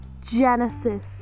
Genesis